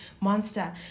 monster